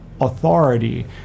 authority